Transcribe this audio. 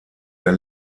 der